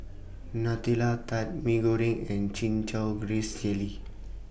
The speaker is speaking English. Nutella Tart Mee Goreng and Chin Chow Grass Jelly